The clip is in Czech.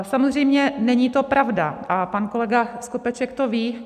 Samozřejmě není to pravda, a pan kolega Skopeček to ví.